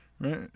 right